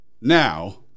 now